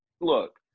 Look